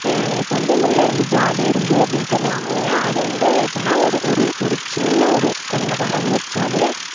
இப்ப வந்து முல்லரும்பு ஜாதி அரும்பு அப்படின்னு சொல்வாங்க இல்லையா அது வந்து எப்படின்னா ஒரு ஒரு ஒரு சின்ன ஒரு கன்றை கொண்டாந்து வெச்சாலே